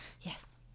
yes